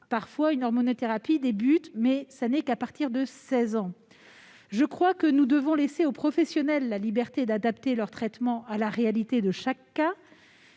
Parfois, une hormonothérapie commence, mais ce n'est qu'à partir de 16 ans. Nous devons laisser aux professionnels la liberté d'adapter leur traitement à la réalité de chaque cas.